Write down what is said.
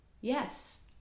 yes